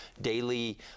daily